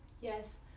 Yes